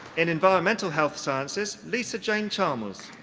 in environmental health sciences, lisa jane chalmers.